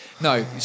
no